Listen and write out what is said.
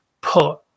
put